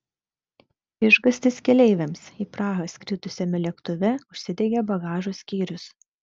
išgąstis keleiviams į prahą skridusiame lėktuve užsidegė bagažo skyrius